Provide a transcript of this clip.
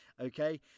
Okay